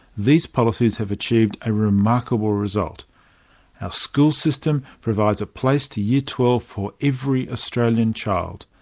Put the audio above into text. these policies have achieved a remarkable result our school system provides a place to year twelve for every australian child,